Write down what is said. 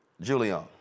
Julian